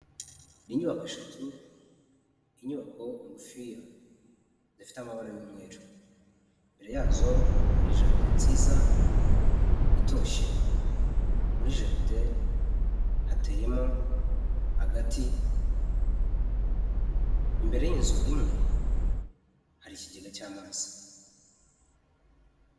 Ni inyubako eshatu, inyubako ngufiya zifite amabara y'umweru, imbere yazo hari jaride nziza itoshye, muri jaride hateyemo agati, imbere y'inzu imwe hari ikigega cy'amazi.